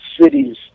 Cities